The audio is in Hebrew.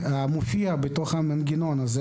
מופיע בתוך המנגנון הזה